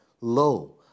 Lo